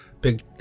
big